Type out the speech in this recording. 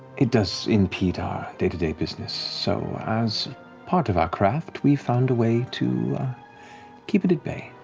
it does impede our day-to-day business. so as part of our craft, we've found a way to keep it at bay,